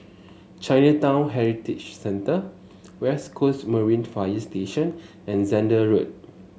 Chinatown Heritage Centre West Coast Marine Fire Station and Zehnder Road